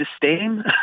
disdain